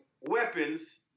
weapons